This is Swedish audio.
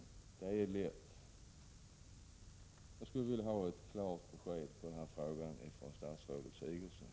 Jag skulle således vilja ha ett klart besked på den här punkten från statsrådet Sigurdsen.